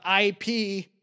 IP